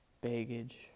baggage